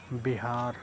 بہار